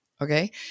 Okay